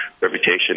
reputation